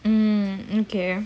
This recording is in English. mm okay